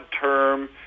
term